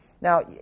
Now